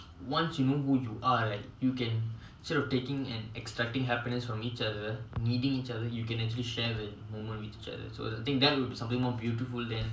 there's this funny story that I remember lah this funny story I went to my cousins R_O_M I think which happened a month ago and then so and